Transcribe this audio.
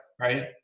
right